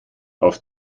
auf